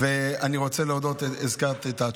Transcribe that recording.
ואני נזכר באבא שלו,